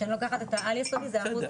כשאני לוקחת את העל יסודי זה אחוז,